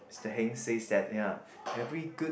Mister Heng says that ya every good